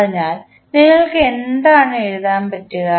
അതിനാൽ നിങ്ങൾ എന്താണ് എഴുതുക